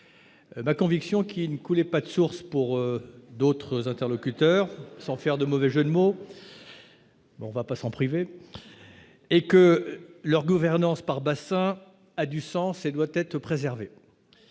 ma conviction qui ne connaît pas de source, pour d'autres interlocuteurs, sans faire de mauvais jeu de mots, on va pas s'en priver et que leur gouvernance par bah ça a du sens et doit être préservée,